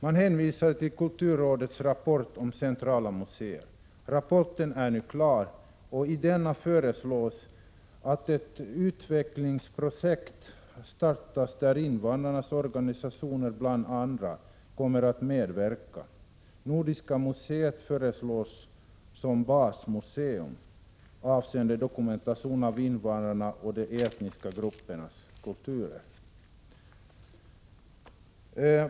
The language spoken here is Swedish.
Man hänvisade till kulturrådets rapport om centrala museer. Rapporten är nu klar, och i denna föreslås att ett utvecklingsprojekt startas där bl.a. invandrarnas organisationer kommer att medverka. Nordiska museet föreslås som basmuseum avseende dokumentation av invandrarnas och de etniska gruppernas kulturer.